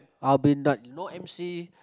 I'll be like no m_c